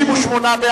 התשס"ט 2009,